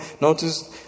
Notice